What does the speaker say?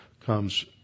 comes